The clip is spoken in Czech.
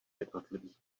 jednotlivých